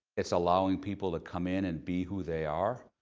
it's allowing people to come in and be who they are.